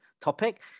topic